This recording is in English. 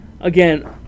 again